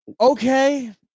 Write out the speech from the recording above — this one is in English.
Okay